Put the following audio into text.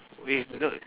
wait no